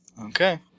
Okay